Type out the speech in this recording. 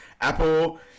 Apple